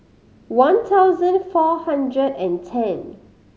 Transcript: one thousand four hundred and ten